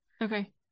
Okay